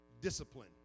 discipline